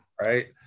right